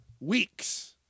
Weeks